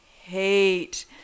hate